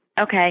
Okay